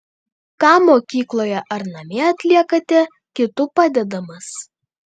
ką mokykloje ar namie atliekate kitų padedamas